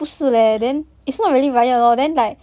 it's not really via lor then like